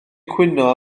cwyno